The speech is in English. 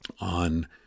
on